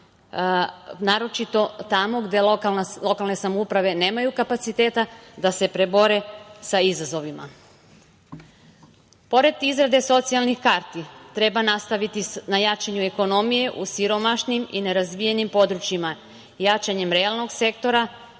naročito tamo gde lokalne samouprave nemaju kapaciteta da se izbore sa izazovima. Pored izrade socijalnih karti, treba nastaviti na jačanju ekonomije u siromašnim i nerazvijenim područjima, jačanjem realnog sektora,